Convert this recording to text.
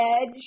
Edge